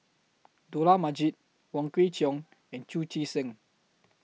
Dollah Majid Wong Kwei Cheong and Chu Chee Seng